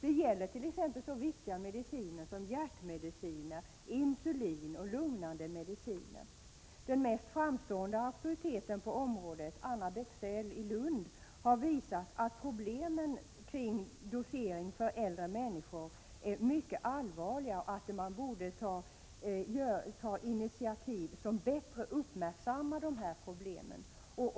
Det gäller så viktiga mediciner som hjärtmedicin, insulin och lugnande medel. Den mest framstående auktoriteten på området, Anna Bexell i Lund, har visat att problemen när det gäller doseringen för äldre människor är mycket allvarliga och att man borde ta initiativ som bättre uppmärksammar dessa problem.